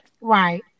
Right